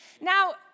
Now